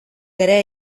ere